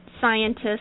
scientists